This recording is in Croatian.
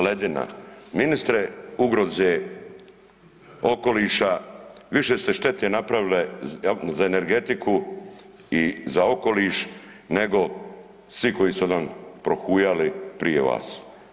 Ministre ugroze okoliša, više ste štete napravili za energetiku i za okoliš, nego svi koji su nam prohujali prije vas.